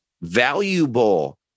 valuable